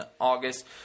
August